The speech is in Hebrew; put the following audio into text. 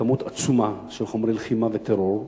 כמות עצומה של חומרי לחימה וטרור.